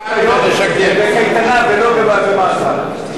בקייטנה ולא במאסר.